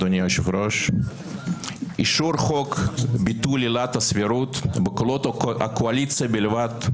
אדוני היושב-ראש אישור חוק ביטול עילת הסבירות בקולות הקואליציה בלבד,